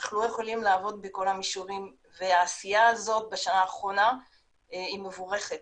אך לא יכולים לעבוד בכל המישורים והעשייה הזו בשנה האחרונה היא מבורכת